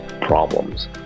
problems